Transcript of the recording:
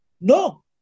No